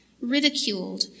ridiculed